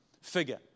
figure